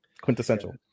quintessential